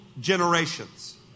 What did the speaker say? generations